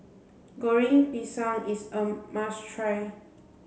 Goreng Pisang is a must try